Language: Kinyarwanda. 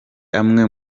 amwe